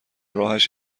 راهش